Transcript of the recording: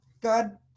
God